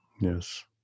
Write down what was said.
Yes